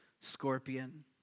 scorpion